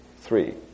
three